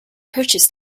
purchased